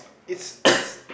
it's it's